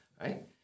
right